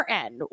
end